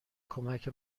کمک